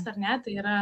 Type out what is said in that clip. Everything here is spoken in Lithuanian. ar ne tai yra